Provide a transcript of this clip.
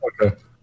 Okay